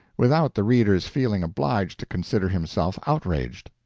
without the reader's feeling obliged to consider himself outraged.